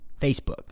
Facebook